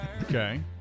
Okay